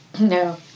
no